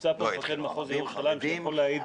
נמצא פה מפקד מחוז ירושלים שיכול להעיד --- לא,